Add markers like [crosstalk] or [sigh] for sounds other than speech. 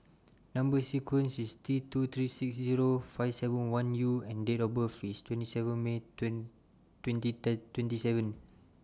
Number sequence IS T two three six Zero five seven one U and Date of birth IS twenty seven May [unintelligible] twenty Third twenty seven